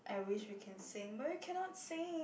I wish we can sing but we cannot sing